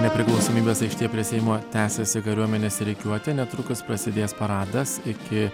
nepriklausomybės aikštėj prie seimo tęsiasi kariuomenės rikiuotė netrukus prasidės paradas iki